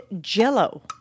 jello